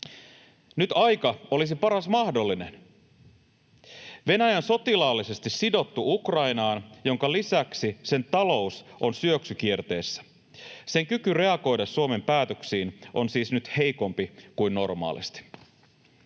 Nyt aika olisi paras mahdollinen. Venäjä on sotilaallisesti sidottu Ukrainaan, minkä lisäksi sen talous on syöksykierteessä. Sen kyky reagoida Suomen päätöksiin on nyt siis heikompi kuin normaalisti.